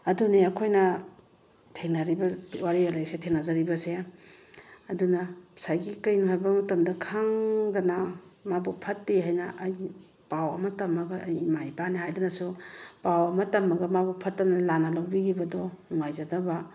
ꯑꯗꯨꯅꯦ ꯑꯩꯈꯣꯏꯅ ꯊꯦꯡꯅꯔꯤꯕ ꯋꯥꯔꯤ ꯂꯥꯏꯔꯤꯛꯁꯤꯗ ꯊꯦꯡꯅꯖꯔꯤꯕꯁꯦ ꯑꯗꯨꯅ ꯉꯁꯥꯏꯒꯤ ꯀꯩꯅꯣ ꯍꯥꯏꯕ ꯃꯇꯝꯗ ꯈꯪꯗꯅ ꯃꯕꯨꯛ ꯐꯠꯇꯦ ꯍꯥꯏꯅ ꯑꯩꯒꯤ ꯄꯥꯎ ꯑꯃ ꯇꯝꯃꯒ ꯑꯩ ꯏꯃꯥ ꯏꯄꯥꯅꯦ ꯍꯥꯏꯗꯨꯅꯁꯨ ꯄꯥꯎ ꯑꯃ ꯇꯝꯃꯒ ꯃꯕꯨꯛ ꯐꯠꯇꯅ ꯂꯥꯟꯅ ꯂꯧꯕꯤꯈꯤꯕꯗꯣ ꯅꯨꯡꯉꯥꯏꯖꯗꯕ